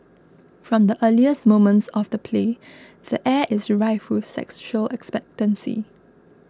from the earliest moments of the play the air is rife sexual expectancy